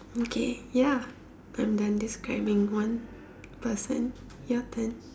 okay ya I'm done describing one person your turn